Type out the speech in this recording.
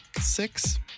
six